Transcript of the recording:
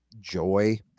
joy